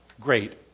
great